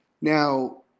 Now